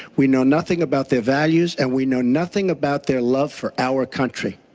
we know nothing about their values and we know nothing about their love for our country.